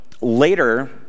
later